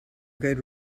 good